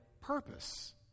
purpose